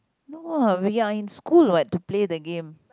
no lah we are in school what to play the game